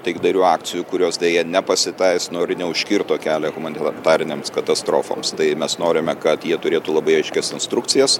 taikdarių akcijų kurios deja nepasiteisino ir neužkirto kelio humanitarinėms katastrofoms tai mes norime kad jie turėtų labai aiškias instrukcijas